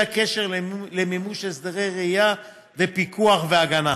הקשר למימוש הסדרי ראייה בפיקוח והגנה.